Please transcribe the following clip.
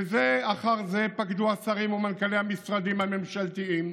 בזה אחר זה פקדו השרים ומנכ"לי המשרדים הממשלתיים